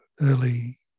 early